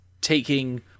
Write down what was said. taking